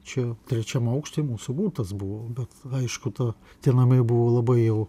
čia trečiam aukšte mūsų butas buvo bet aišku ta tie namai buvo labai jau